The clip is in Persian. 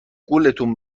گولتون